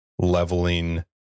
leveling